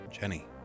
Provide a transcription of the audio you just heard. Jenny